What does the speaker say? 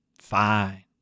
fine